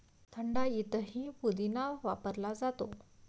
थंडाईतही पुदिना वापरला जातो